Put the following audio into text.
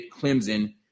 Clemson